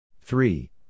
Three